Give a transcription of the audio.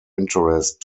interest